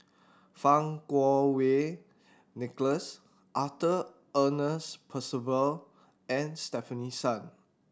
Fang Kuo Wei Nicholas Arthur Ernest Percival and Stefanie Sun